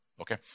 Okay